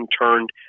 turned